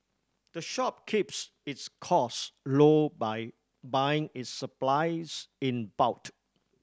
the shop keeps its cost low by buying its supplies in bot